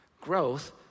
Growth